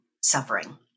suffering